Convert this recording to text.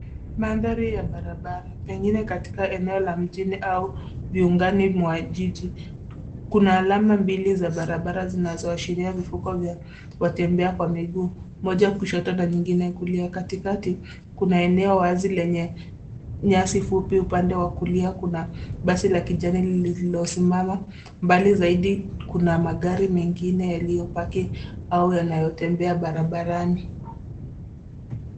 Mandhari ya barabara, pengine katika eneo la mjini au viungani mwa jiji. Kuna alama mbili za barabara zinazoashiria vivuko vya watembea kwa miguu, moja kushoto na nyingine kulia. Katikati kuna eneo wazi lenye nyasi fupi. Upande wa kulia kuna basi la kijani lililosimama. Mbali zaidi, kuna magari mengine yaliyopakiwa au yanayotembea barabarani.